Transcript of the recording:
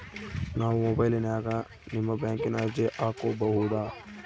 ನಾವು ಮೊಬೈಲಿನ್ಯಾಗ ನಿಮ್ಮ ಬ್ಯಾಂಕಿನ ಅರ್ಜಿ ಹಾಕೊಬಹುದಾ?